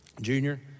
junior